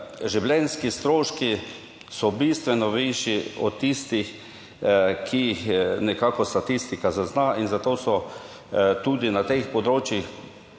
življenjski stroški so bistveno višji od tistih, ki jih nekako statistika zazna in zato so tudi na teh področjih